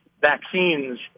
vaccines